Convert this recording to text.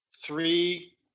three